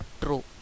true